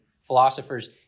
philosophers